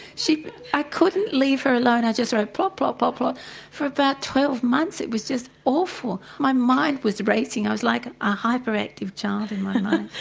i couldn't leave her alone, i just wrote plot, plot, but plot for about twelve months, it was just awful, my mind was racing, i was like a hyperactive child in my mind.